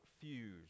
fuse